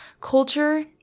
culture